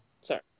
Sorry